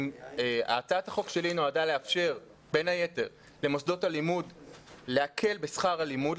הצעת החוק שלי נועדה לאפשר בין היתר למוסדות הלימוד להקל בשכר הלימוד,